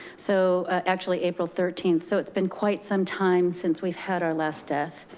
so, actually april thirteenth. so it's been quite some time since we've had our last death.